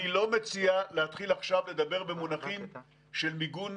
אני לא מציע להתחיל לדבר במונחים של מיגון